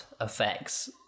effects